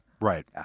Right